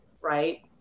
right